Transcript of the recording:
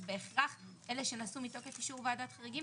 אז בהכרח אלה שנסעו מתוקף אישור ועדת חריגים,